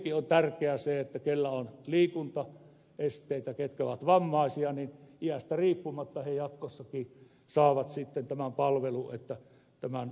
kuitenkin on tärkeää se että ne joilla on liikuntaesteitä jotka ovat vammaisia iästä riippumatta jatkossakin saavat tämän palvelun tämän postiluukkukannon